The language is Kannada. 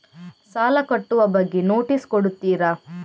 ಸಾಲ ಕಟ್ಟುವ ಬಗ್ಗೆ ನೋಟಿಸ್ ಕೊಡುತ್ತೀರ?